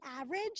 average